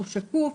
הוא שקוף,